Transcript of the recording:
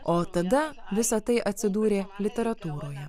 o tada visa tai atsidūrė literatūroje